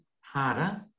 harder